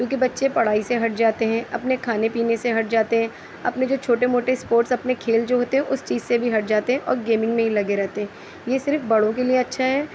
کیوں کہ بچے پڑھائی سے ہٹ جاتے ہیں اپنے کھانے پینے سے ہٹ جاتے ہیں اپنے جو چھوٹے موٹے اسپورٹس اپنے کھیل جو ہوتے ہیں اُس چیز سے بھی ہٹ جاتے ہیں اور گیمنگ میں ہی لگے رہتے ہیں یہ صرف بڑوں کے لئے اچھا ہے